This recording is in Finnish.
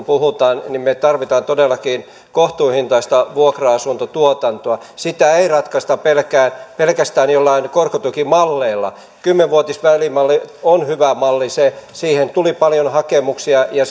puhutaan niin me tarvitsemme todellakin kohtuuhintaista vuokra asuntotuotantoa sitä ei ratkaista pelkästään joillain korkotukimalleilla kymmenvuotisvälimalli on hyvä malli siihen tuli paljon hakemuksia ja